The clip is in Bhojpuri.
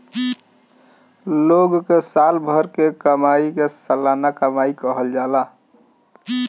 लोग कअ साल भर के कमाई के सलाना कमाई कहल जाला